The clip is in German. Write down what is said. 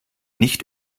nicht